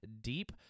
deep